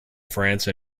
france